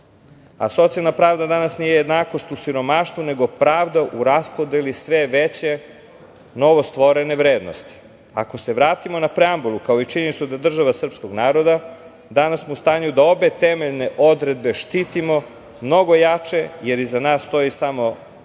a socijalna pravda danas nije jednakost u siromaštvu, nego pravda u raspodeli sve veće novostvorene vrednosti. Ako se vratimo na preambulu, kao i činjenicu da država srpskog naroda, danas smo u stanju da obe odredbe štitimo mnogo jače, jer iza nas ne stoji samo